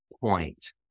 point